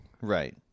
Right